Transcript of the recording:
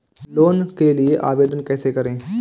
Loan के लिए आवेदन कैसे करें?